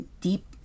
deep